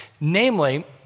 Namely